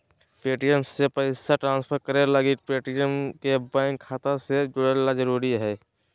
Paytm से पैसा transfer करे लगी पेटीएम के बैंक खाता से जोड़े ल जरूरी हय